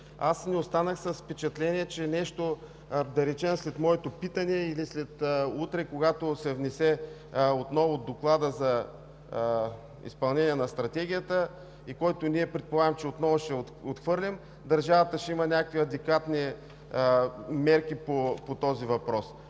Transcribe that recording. аз не останах с впечатление, че, да речем, след моето питане или утре, когато се внесе отново докладът за изпълнение на Стратегията и който предполагам, че ние отново ще отхвърлим, държавата ще има някакви адекватни мерки по този въпрос.